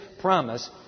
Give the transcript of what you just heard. promise